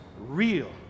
real